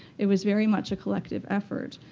it was very much a collective effort.